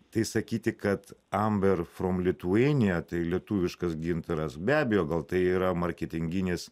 tai sakyti kad amber from lithuania tai lietuviškas gintaras be abejo gal tai yra marketinginis